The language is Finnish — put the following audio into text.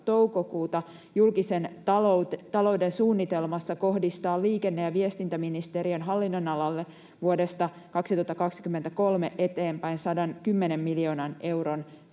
julkisen talouden suunnitelmassa kohdistaa liikenne- ja viestintäministeriön hallinnon-alalle vuodesta 2023 eteenpäin 110 miljoonan euron